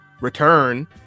return